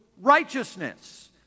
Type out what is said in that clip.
righteousness